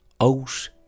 out